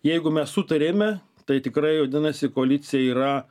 jeigu mes sutarėme tai tikrai vadinasi koalicija yra